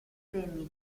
stemmi